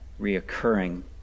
reoccurring